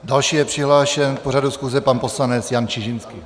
Další je přihlášen k pořadu schůze pan poslanec Jan Čižinský.